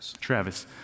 Travis